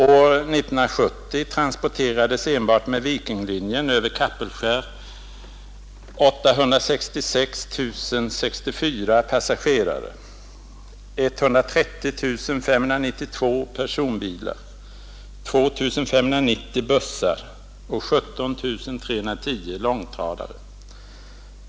År 1970 transporterades enbart med Vikinglinjen över Kapellskär 866 064 passagerare, 130 592 personbilar, 2 590 bussar och 17 310 långtradare.